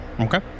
okay